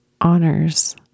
honors